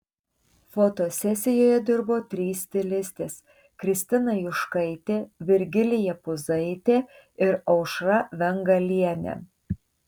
fotosesijoje dirbo trys stilistės kristina juškaitė virgilija puzaitė ir aušra vengalienė